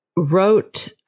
Wrote